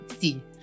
See